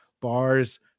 bars